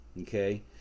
okay